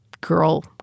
girl